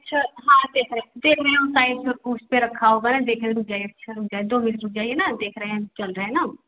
अच्छा हाँ देख रहे हैं देख रहे हैं उस साइड से उस पर रखा होगा देख रहे हैं रुक जाइए अच्छा रुक जाइए दो मिनट रुक जाइए ना देख रहे हैं चल रहे हैं ना